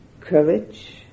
courage